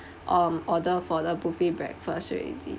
um order for the buffet breakfast already